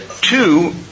two